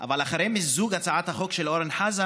אבל אחרי מיזוג הצעת החוק של אורן חזן